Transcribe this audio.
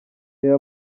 reba